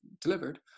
delivered